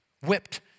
whipped